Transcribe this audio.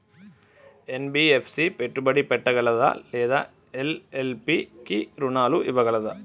NBFC పెట్టుబడి పెట్టగలదా లేదా ఎల్.ఎల్.పి కి రుణాలు ఇవ్వగలదా?